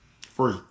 Free